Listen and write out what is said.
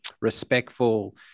respectful